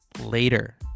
later